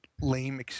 lame